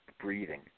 breathing